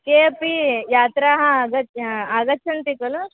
के अपि यात्राम् आगच् आगच्छन्ति खलु